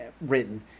written